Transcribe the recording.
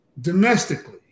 domestically